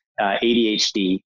ADHD